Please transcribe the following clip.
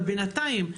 אבל בינתיים,